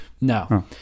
No